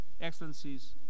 Excellencies